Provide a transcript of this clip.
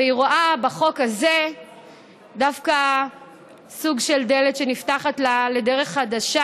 ושהיא דווקא רואה בחוק הזה סוג של דלת שנפתחת לה לדרך חדשה,